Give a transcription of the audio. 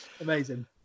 Amazing